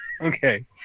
Okay